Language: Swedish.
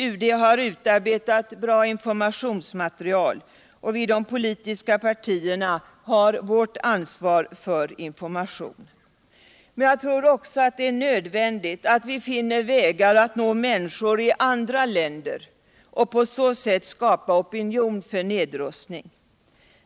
UD har utarbetat bra informationsmaterial, och vii de politiska partierna har vårt ansvar för information om dessa spörsmål. Jag tror emellertid också att det är nödvändigt att vi finner vägar att nå minniskor i andra länder och på så sätt skapa opinion för nedrustning.